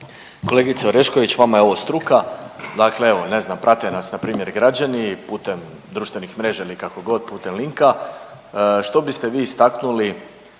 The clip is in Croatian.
Kolegice Orešković, vama je ovo struka. Dakle evo, ne znam prate nas na primjer građani putem društvenih mreža ili kako god putem linka. Što biste vi istaknuli